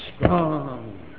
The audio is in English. strong